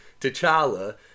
T'Challa